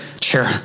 Sure